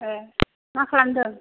ए मा खालामदों